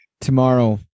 tomorrow